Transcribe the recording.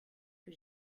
que